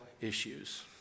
issues